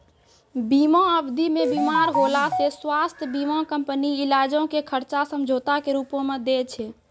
बीमा अवधि मे बीमार होला से स्वास्थ्य बीमा कंपनी इलाजो के खर्चा समझौता के रूपो मे दै छै